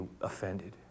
offended